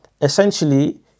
essentially